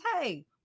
Hey